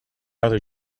other